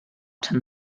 ten